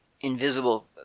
invisible